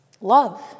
love